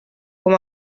com